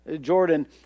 Jordan